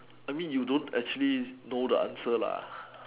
I mean you don't actually know the answer lah